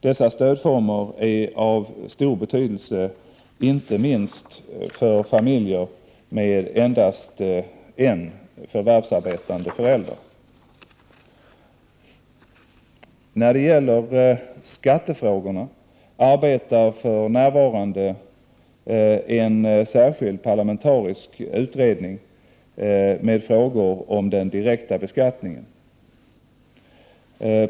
Dessa stödformer är av stor betydelse, inte minst för familjer med endast en förvärvsarbetande förälder. När det gäller skattefrågorna arbetar för närvarande en särskild parlamentarisk utredning med frågor om den direkta beskattningen.